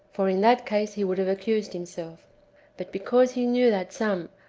for in that case he would have accused himself but, because he knew that some,